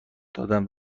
دادن